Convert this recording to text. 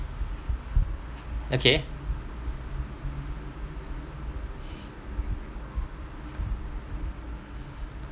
okay